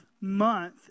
month